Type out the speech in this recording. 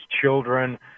children